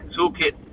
toolkit